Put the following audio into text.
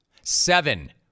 seven